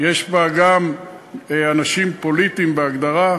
יש גם אנשים פוליטיים בהגדרה,